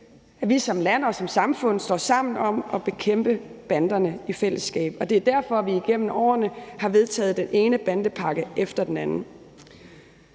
at vi som land og som samfund står sammen om at bekæmpe banderne i fællesskab, og det er derfor, vi igennem årene har vedtaget den ene bandepakke efter den anden.